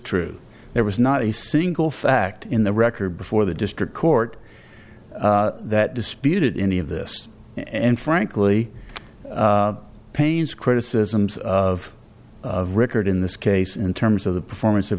true there was not a single fact in the record before the district court that disputed any of this and frankly pains criticisms of record in this case in terms of the performance of